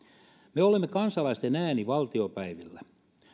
me olemme kansalaisten ääni valtiopäivillä